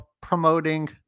promoting